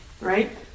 right